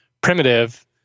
primitive